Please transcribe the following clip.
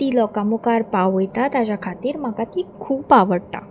ती लोकां मुखार पावयता ताज्या खातीर म्हाका ती खूब आवडटा